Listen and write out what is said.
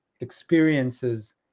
experiences